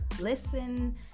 listen